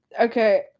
Okay